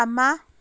ꯑꯃ